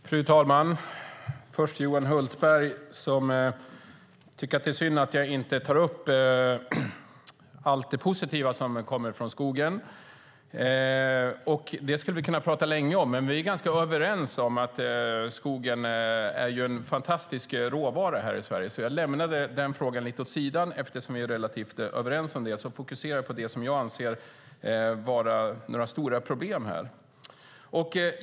Fru talman! Johan Hultberg tycker att det är synd att jag inte tar upp allt det positiva som kommer från skogen. Det skulle vi kunna prata länge om. Men vi är ganska överens om att skogen är en fantastisk råvara här i Sverige, så jag lämnade den frågan lite åt sidan. Eftersom vi är relativt överens om det fokuserar jag på det som jag anser det vara några stora problem med.